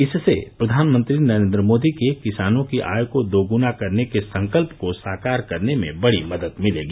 इससे प्रधानमंत्री नरेन्द्र मोदी के किसानों की आय को दोग्ना करने के संकल्प को साकार करने में बड़ी मदद मिलेगी